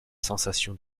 sensation